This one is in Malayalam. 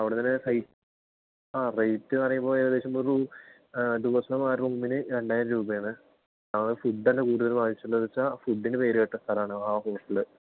അവിടെ തന്നെ ആ റേറ്റ് പറയുമ്പോൾ ഏകദേശം ഒരു ദിവസം ആ റൂമിന് രണ്ടായിരം രൂപയാണ് ആ ഫുഡ് തന്നെ കൂടുതൽ വാങ്ങിച്ചുവെന്ന് വച്ചാൽ ഫുഡിന് പേര് കേട്ട സ്ഥലമാണ് ആ പ്ലേയ്സിൽ